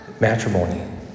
matrimony